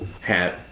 hat